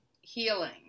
healing